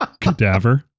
Cadaver